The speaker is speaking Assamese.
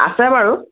আছে বাৰু